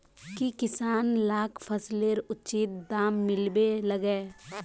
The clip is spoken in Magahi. की किसान लाक फसलेर उचित दाम मिलबे लगे?